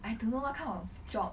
I don't know what kind of job